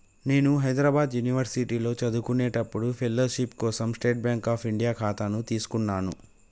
నేను హైద్రాబాద్ యునివర్సిటీలో చదువుకునేప్పుడు ఫెలోషిప్ కోసం స్టేట్ బాంక్ అఫ్ ఇండియా ఖాతాను తీసుకున్నాను